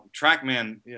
Trackman